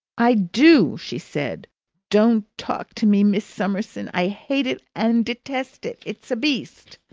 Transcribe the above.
i do! she said don't talk to me, miss summerson. i hate it and detest it. it's a beast!